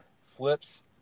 Flips